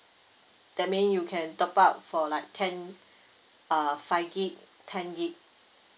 that mean you can top up for like ten uh five gig ten gig